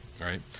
right